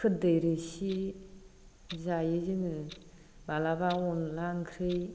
खोरदै रोसि जायो जोङो माब्लाबा अनला ओंख्रि